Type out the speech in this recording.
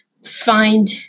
find